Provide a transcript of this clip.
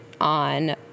on